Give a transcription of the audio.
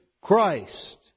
Christ